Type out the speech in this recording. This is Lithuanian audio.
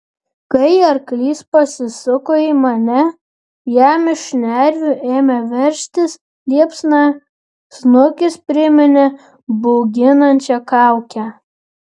kai arklys pasisuko į mane jam iš šnervių ėmė veržtis liepsna snukis priminė bauginančią kaukę